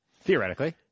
Theoretically